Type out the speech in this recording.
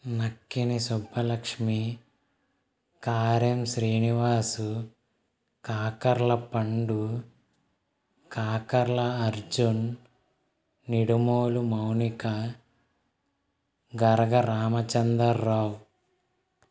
Nakkini Subbalakshmi Karam Srinivasu Kakarla Pandu Kakarla Arjun Nidumolu Mounika Garaga Ramachandar Rao